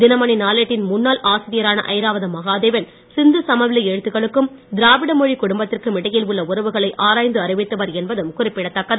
தினமணி நாளேட்டின் முன்னாள் ஆசிரியரான ஐராவதம் மகாதேவன் சிந்து சமவெளி எழுத்துக்களுக்கும் திராவிட மொழிக் குடும்பத்திற்கும் இடையில் உள்ள உறவுகளை ஆராய்ந்து அறிவித்தவர் என்பதும் குறிப்பிடத்தக்கது